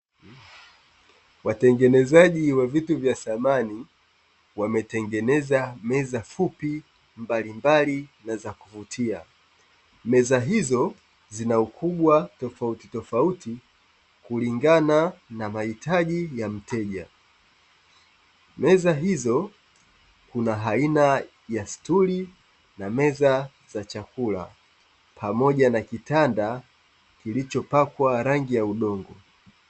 Watengenezaji wa vitu vya samani wametengeneza meza fupi mbalimbali na za kuvutia, meza hizo zina ukubwa tofautitofauti kulingana na mahitaji mteja. Meza hizo kuna aina ya stuli na meza za chakula, pamoja na kitanda kilichopakwa rangi ya udongo.